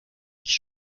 nicht